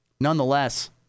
Nonetheless